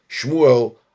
Shmuel